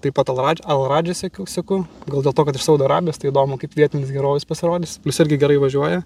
taip pat alradž alradžy seku seku gal dėl to kad iš saudo arabijos tai įdomu kaip vietinis herojus pasirodys jis irgi gerai važiuoja